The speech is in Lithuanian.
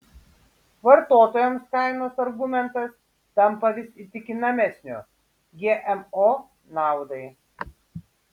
vartotojams kainos argumentas tampa vis įtikinamesniu gmo naudai